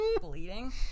bleeding